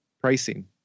pricing